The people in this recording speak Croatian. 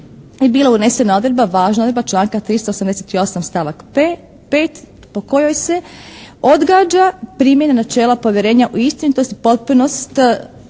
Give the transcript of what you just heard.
bila unesena odredba važna zbog članak 378. stavak 5. po kojoj se odgađa primjena načela povjerenja u istinitost i potpunost